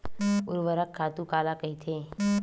ऊर्वरक खातु काला कहिथे?